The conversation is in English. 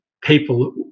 people